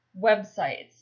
websites